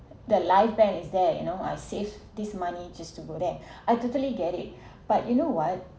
the live band is there you know I save this money just to go there I totally get it but you know what